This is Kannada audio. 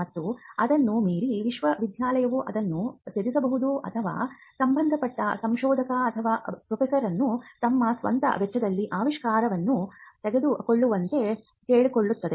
ಮತ್ತು ಅದನ್ನು ಮೀರಿ ವಿಶ್ವವಿದ್ಯಾನಿಲಯವು ಅದನ್ನು ತ್ಯಜಿಸಬಹುದು ಅಥವಾ ಸಂಬಂಧಪಟ್ಟ ಸಂಶೋಧಕ ಅಥವಾ ಪ್ರೊಸೆಸರ್ ಅನ್ನು ತಮ್ಮ ಸ್ವಂತ ವೆಚ್ಚದಲ್ಲಿ ಆವಿಷ್ಕಾರವನ್ನು ತೆಗೆದುಕೊಳ್ಳುವಂತೆ ಕೇಳುತ್ತದೆ